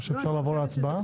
או שאפשר לעבור להצבעה?